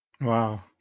Wow